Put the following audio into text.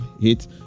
hit